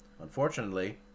Unfortunately